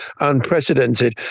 unprecedented